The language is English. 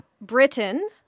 Britain